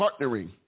partnering